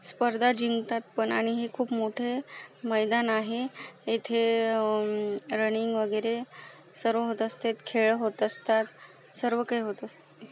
स्पर्धा जिंकतात पण आणि हे खूप मोठे मैदान आहे येथे रनिंग वगैरे सर्व होत असतेत खेळ होत असतात सर्व काही होत असते